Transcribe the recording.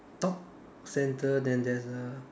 top center then there's a